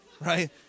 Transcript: right